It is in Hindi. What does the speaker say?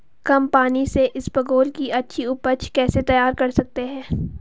कम पानी से इसबगोल की अच्छी ऊपज कैसे तैयार कर सकते हैं?